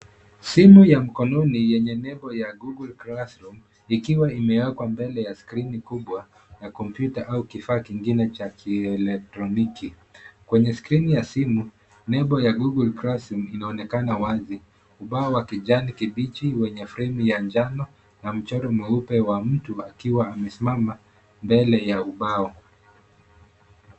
Simu ya mkononi yenye nebo ya Google classroom ikiwa imewekwa mbele ya skrini kubwa ya kompyuta au kifaa kingine cha kieletroniki. Kwenye skrini ya simu nebo ya google classroom inaonekana wazi, ubao wa kijani kibichi wenye framu ya njano na mchoro mweupe wa mtu akiwa amesimama mbele ya ubao